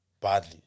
badly